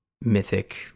mythic